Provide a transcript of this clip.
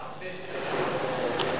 עד ט', כתוב.